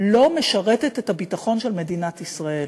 לא משרתת את ביטחון מדינת ישראל.